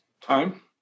Time